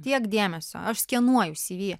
tiek dėmesio aš skenuoju cv